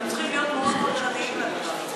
אנחנו צריכים להיות מאוד מאוד ערניים לדבר.